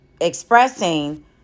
expressing